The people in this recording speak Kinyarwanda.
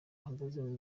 ahagaze